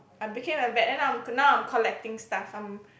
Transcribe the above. I became a vet then I'm now I'm collecting stuff I'm